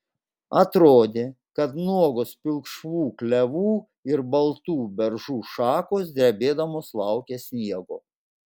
atrodė kad nuogos pilkšvų klevų ir baltų beržų šakos drebėdamos laukia sniego